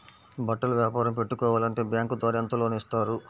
బట్టలు వ్యాపారం పెట్టుకోవాలి అంటే బ్యాంకు ద్వారా ఎంత లోన్ ఇస్తారు?